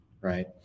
right